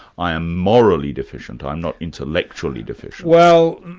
i am morally deficient, i'm not intellectually deficient. well,